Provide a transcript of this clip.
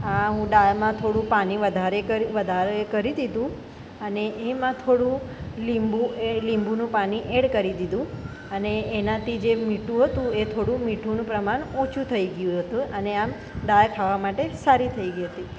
હું દાળમાં થોડું પાણી વધાર વધારે કરી દીધું અને એમાં થોડું લીંબુ એડ લીંબુનું પાણી એડ કરી દીધું અને એનાથી જે મીઠું હતું એ થોડું મીઠુંનું પ્રમાણ ઓછું થઈ ગયું હતું અને આમ દાળ ખાવા માટે સારી થઈ ગઇ હતી